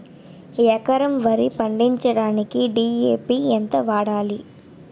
ఎకరం వరి పండించటానికి డి.ఎ.పి ఎంత వాడాలి?